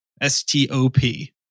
S-T-O-P